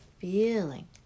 feeling